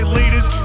leaders